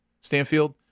stanfield